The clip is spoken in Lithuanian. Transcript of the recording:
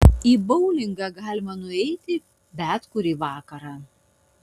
į boulingą galima nueiti bet kurį vakarą